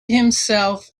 himself